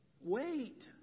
Wait